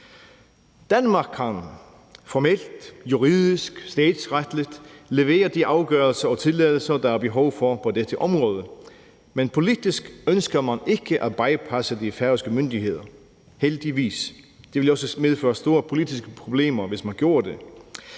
Danmark har formelt, juridisk, statsretligt leveret de afgørelser og tilladelser, der er behov for på dette område, men politisk ønsker man ikke at bypasse de færøske myndigheder – heldigvis. Det ville også medføre store politiske problemer, hvis man gjorde det.